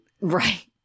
Right